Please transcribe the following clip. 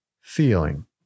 feeling